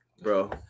Bro